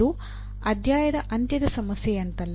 ಇದು ಅಧ್ಯಾಯದ ಅಂತ್ಯದ ಸಮಸ್ಯೆಯಂತಲ್ಲ